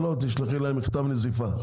תשלחי להם מכתב נזיפה.